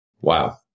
Wow